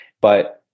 But-